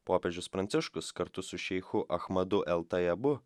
popiežius pranciškus kartu su šeichu achmadu el tajebu